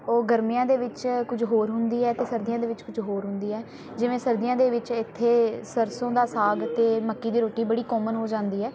ਉਹ ਗਰਮੀਆਂ ਦੇ ਵਿੱਚ ਕੁਝ ਹੋਰ ਹੁੰਦੀ ਹੈ ਅਤੇ ਸਰਦੀਆਂ ਦੇ ਵਿੱਚ ਕੁਝ ਹੋਰ ਹੁੰਦੀ ਹੈ ਜਿਵੇਂ ਸਰਦੀਆਂ ਦੇ ਵਿੱਚ ਇੱਥੇ ਸਰਸੋ ਦਾ ਸਾਗ ਅਤੇ ਮੱਕੀ ਦੀ ਰੋਟੀ ਬੜੀ ਕੋਮਨ ਹੋ ਜਾਂਦੀ ਹੈ